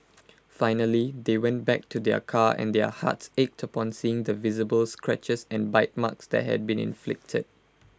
finally they went back to their car and their hearts ached upon seeing the visible scratches and bite marks that had been inflicted